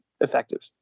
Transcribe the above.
effective